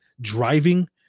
driving